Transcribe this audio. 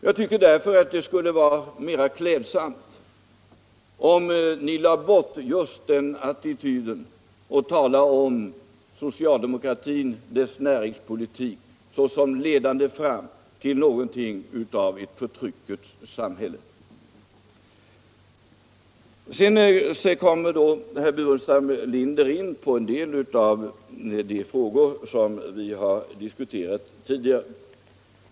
Jag tycker därför att det skulle vara mera klädsamt om ni lade bort just den attityden och slutade att tala om socialdemokratin och dess näringspolitik såsom ledande fram till något av ett förtryckets samhälle. Herr Burenstam Linder kommer sedan in på en del av de frågor som vi har diskuterat tidigare.